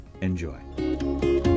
Enjoy